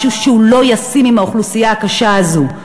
משהו שהוא לא ישים לגבי האוכלוסייה הקשה הזאת,